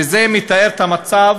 וזה מתאר את המצב,